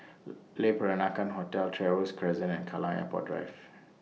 Le Peranakan Hotel Trevose Crescent and Kallang Airport Drive